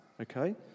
okay